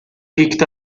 picked